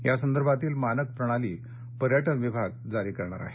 यासंदर्भातील मानक प्रणाली पर्यटन विभाग जारी करणार आहे